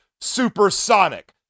supersonic